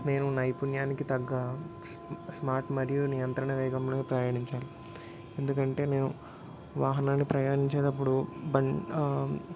నేను నైపుణ్యానికి తగ్గ స్ స్మార్ట్ మరియు నియంత్రణ వేగంలో ప్రయాణించాలి ఎందుకంటే నేను వాహనాన్ని ప్రయాణించేదప్పుడు బండ్